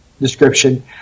description